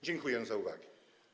Dziękuję za uwagę.